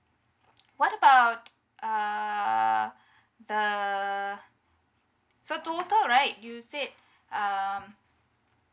what about uh the so total right you say um